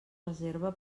reserva